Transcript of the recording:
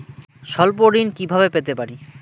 স্বল্প ঋণ কিভাবে পেতে পারি?